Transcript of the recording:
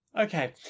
Okay